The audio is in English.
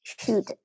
Shoot